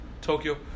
Tokyo